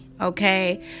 Okay